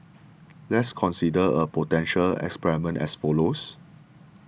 let's consider a potential experiment as follows